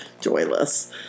joyless